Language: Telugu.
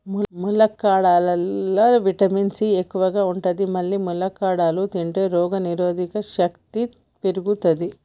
ములక్కాడలల్లా విటమిన్ సి ఎక్కువ ఉంటది మల్లి ములక్కాడలు తింటే రోగనిరోధక శక్తి పెరుగుతది